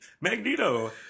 Magneto